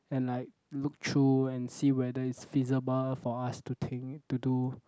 and like look through and see whether is feasible for us to think to do